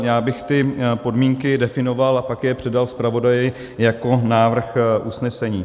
Já bych ty podmínky definoval a pak je předal zpravodaji jako návrh usnesení.